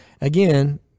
Again